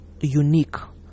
unique